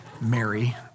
Mary